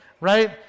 right